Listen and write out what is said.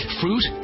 fruit